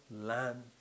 land